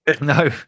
No